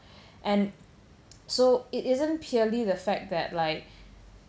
and so it isn't purely the fact that like